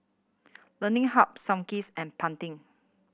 Learning Harb Sunkist and Pantene